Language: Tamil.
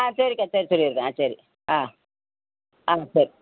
ஆ சரிக்கா சரி சொல்லிடுறேன் ஆ சரி ஆ ஆ சரி